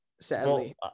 sadly